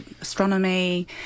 astronomy